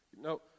No